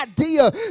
idea